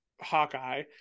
Hawkeye